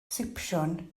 sipsiwn